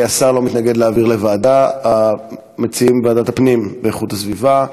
השר לא מתנגד להעביר לוועדת הפנים והגנת הסביבה,